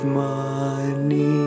money